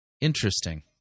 Interesting